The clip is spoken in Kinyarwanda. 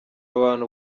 abantu